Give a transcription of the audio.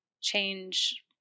change